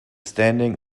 standing